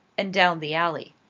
and down the alley.